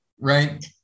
right